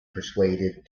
persuaded